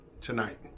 tonight